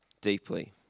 deeply